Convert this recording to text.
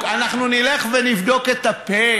אנחנו נלך ונבדוק את הפ',